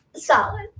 solid